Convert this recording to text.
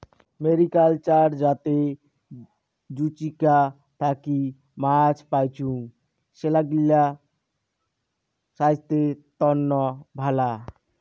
mariculture যাতে জুচিকা থাকি মাছ পাইচুঙ, সেগ্লা ছাইস্থ্যর তন্ন ভালা